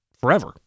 forever